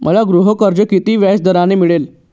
मला गृहकर्ज किती व्याजदराने मिळेल?